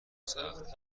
سختگیری